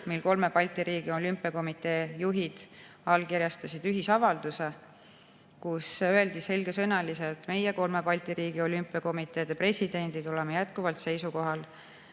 kui kolme Balti riigi olümpiakomitee juhid allkirjastasid ühisavalduse, kus öeldi selgesõnaliselt, et meie, kolme Balti riigi olümpiakomitee presidendid oleme jätkuvalt seisukohal,